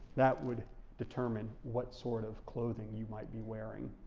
that would determine what sort of clothing you might be wearing.